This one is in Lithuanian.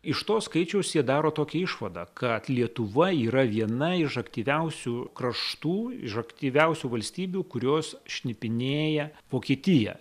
iš to skaičiaus jie daro tokią išvadą kad lietuva yra viena iš aktyviausių kraštų iš aktyviausių valstybių kurios šnipinėja vokietiją